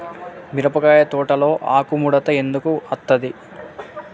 మిరపకాయ తోటలో ఆకు ముడత ఎందుకు అత్తది?